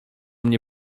mnie